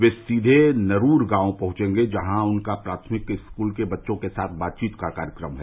वे सीधे नरूर गांव पहंचेंगे जहां उनका प्राथमिक स्कूल के बच्चों के साथ बातचीत का कार्यक्रम है